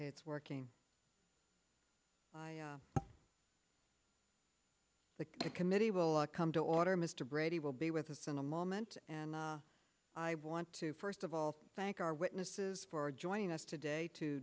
it's working we're on the committee will come to order mr brady will be with us in a moment and i want to first of all thank our witnesses for joining us today to